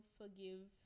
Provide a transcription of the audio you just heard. forgive